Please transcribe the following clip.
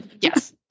yes